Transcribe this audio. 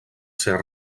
ser